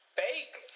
fake